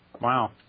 Wow